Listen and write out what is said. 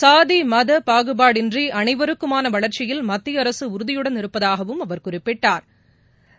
சாதி மத பாகுபாடின்றி அனைவருக்குமான வளர்ச்சியில் மத்திய அரசு உறுதியுடன் இருப்பதாகவும் அவர் குறிப்பிட்டா்